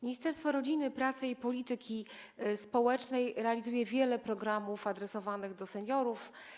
Ministerstwo Rodziny, Pracy i Polityki Społecznej realizuje wiele programów adresowanych do seniorów.